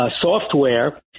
software